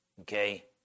Okay